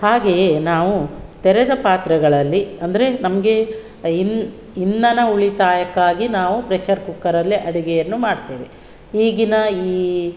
ಹಾಗೆಯೇ ನಾವು ತೆರೆದ ಪಾತ್ರೆಗಳಲ್ಲಿ ಅಂದರೆ ನಮಗೆ ಇಂಧನ ಉಳಿತಾಯಕ್ಕಾಗಿ ನಾವು ಪ್ರೆಷರ್ ಕುಕ್ಕರಲ್ಲೇ ಅಡಿಗೆಯನ್ನು ಮಾಡ್ತೇವೆ ಈಗಿನ ಈ